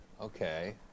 Okay